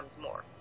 more